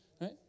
right